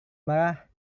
marah